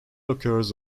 occurs